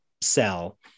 sell